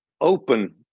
open